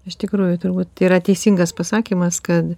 iš tikrųjų turbūt yra teisingas pasakymas kad